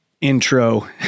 intro